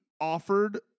offered